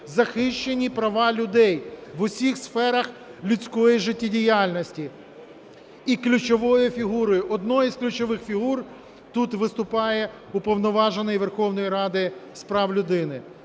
захищені права людей в усіх сферах людської життєдіяльності. І ключовою фігурою, одною із ключових фігур, тут виступає Уповноважений Верховної Ради з прав людини.